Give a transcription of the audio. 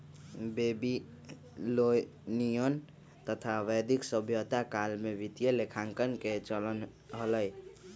Babylonian तथा वैदिक सभ्यता काल में वित्तीय लेखांकन के चलन हलय